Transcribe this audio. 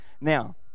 Now